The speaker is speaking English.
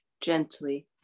gently